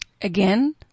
Again